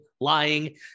lying